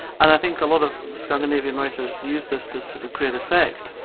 and i think a lot of scandinavian writers use this to sort of great effect.